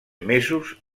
mesos